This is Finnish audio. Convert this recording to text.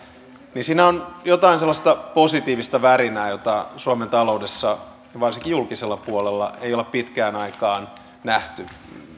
niin siinä on jotain sellaista positiivista värinää jota suomen taloudessa varsinkaan julkisella puolella ei olla pitkään aikaan nähty